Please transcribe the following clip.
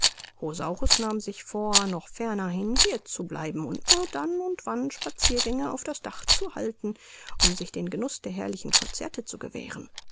nahm sich vor noch fernerhin hier zu bleiben und nur dann und wann spatziergänge auf das dach zu halten um sich den genuß der herrlichen concerte zu gewähren